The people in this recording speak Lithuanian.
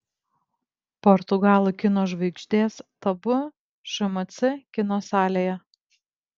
portugalų kino žvaigždės tabu šmc kino salėje